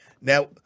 Now